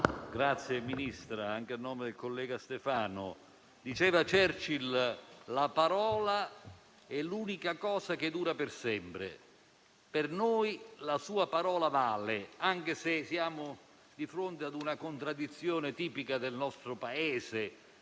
ringrazio, Ministra, anche a nome del collega Stefano. Churchill diceva che la parola è l'unica cosa che dura per sempre. Per noi la sua parola vale, anche se siamo di fronte ad una contraddizione tipica del nostro Paese